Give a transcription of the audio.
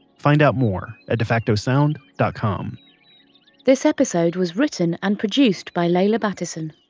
find out more at defactosound dot com this episode was written and produced by leila battison,